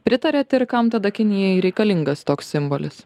pritariat ir kam tada kinijai reikalingas toks simbolis